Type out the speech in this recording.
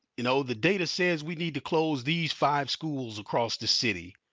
you know the data says we need to close these five schools across the city,